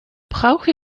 brauche